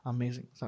Amazing